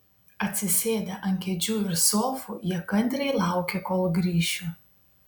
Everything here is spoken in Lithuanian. atsisėdę ant kėdžių ir sofų jie kantriai laukė kol grįšiu